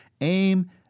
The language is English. aim